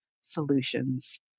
solutions